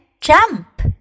jump